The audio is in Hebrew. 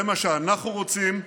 זה מה שאנחנו רוצים,